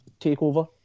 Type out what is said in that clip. TakeOver